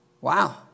Wow